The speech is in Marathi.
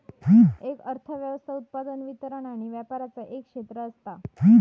एक अर्थ व्यवस्था उत्पादन, वितरण आणि व्यापराचा एक क्षेत्र असता